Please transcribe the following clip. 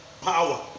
power